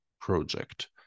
project